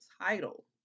title